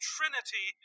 Trinity